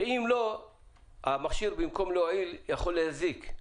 ואם לא, המכשיר, במקום להועיל, יכול להזיק.